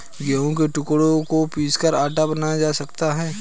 गेहूं के टुकड़ों को पीसकर आटा बनाया जा सकता है